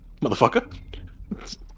Motherfucker